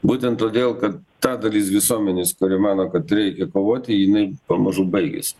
būtent todėl kad ta dalis visuomenės kuri mano kad reikia kovoti jinai pamažu baigiasi